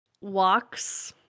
walks